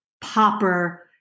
Popper